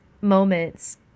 moments